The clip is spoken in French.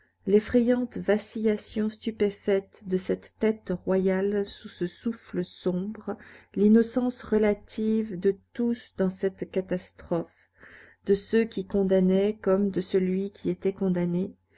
l'effrayante vacillation stupéfaite de cette tête royale sous ce souffle sombre l'innocence relative de tous dans cette catastrophe de ceux qui condamnaient comme de celui qui était condamné